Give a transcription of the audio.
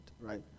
right